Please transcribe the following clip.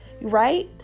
right